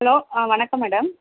hello ஆ வணக்கம் madam